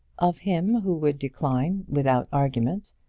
of him who would decline, without argument,